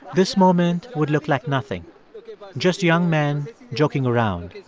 this moment would look like nothing just young men joking around.